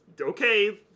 okay